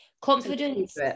confidence